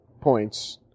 points